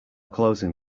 closing